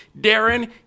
Darren